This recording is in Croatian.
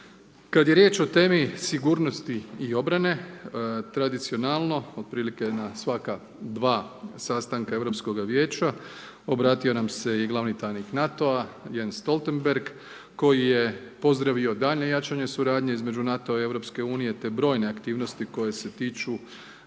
Kad je riječ o temi sigurnosti i obrane, tradicionalno otprilike na svaka 2 sastanka Europskoga vijeća obratio nam se i glavni tajnik NATO-a Jens Stoltenberg koji je pozdravio daljnje jačanje suradnje između NATO-a i Europske unije te brojne aktivnosti koje se tiču